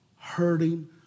hurting